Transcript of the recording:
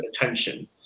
attention